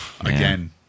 again